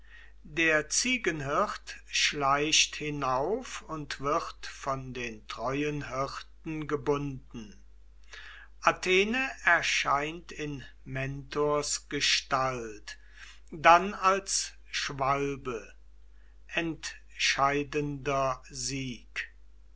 der ziegenhirt schleicht hinauf und wird von den treuen hirten gebunden athene erscheint in mentors gestalt dann als schwalbe entscheidender sieg